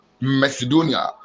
macedonia